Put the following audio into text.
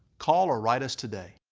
call or write us today.